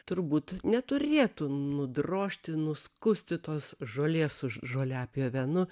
turbūt neturėtų nudrožti nuskusti tos žolės su žoliapjove nu